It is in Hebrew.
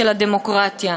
של הדמוקרטיה.